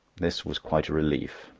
this was quite a relief.